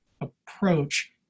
approach